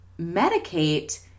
medicate